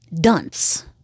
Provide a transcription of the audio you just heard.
dunce